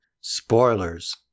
spoilers